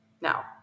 Now